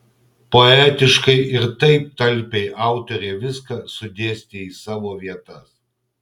poetiškai ir taip talpiai autorė viską sudėstė į savo vietas